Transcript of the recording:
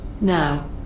Now